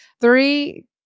three